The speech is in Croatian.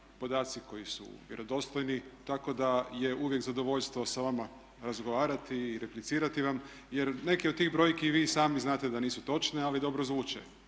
podaci koji su vjerodostojni tako da je uvijek zadovoljstvo sa vama razgovarati i replicirati vam jer neke od tih brojki i vi sami znate da nisu točne, ali dobro zvuče.